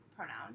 pronoun